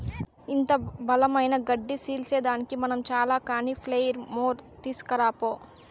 ఇంత బలమైన గడ్డి సీల్సేదానికి మనం చాల కానీ ప్లెయిర్ మోర్ తీస్కరా పో